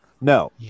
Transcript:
No